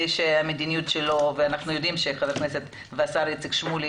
אנחנו יודעים שחבר הכנסת והשר איציק שמולי